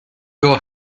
your